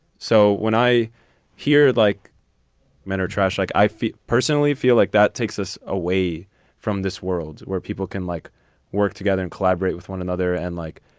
so when i hear like men or trash, like i feel personally feel like that takes us away from this world where people can like work together and collaborate with one another and like.